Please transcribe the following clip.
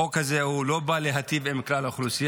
החוק הזה, הוא לא בא להיטיב עם כלל האוכלוסייה.